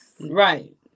Right